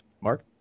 Mark